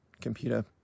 computer